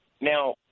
now